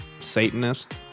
Satanist